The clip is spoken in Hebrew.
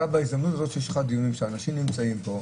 בהזדמנות הזאת שיש לך דיונים שאנשים נמצאים פה,